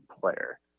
player